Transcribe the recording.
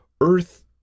earth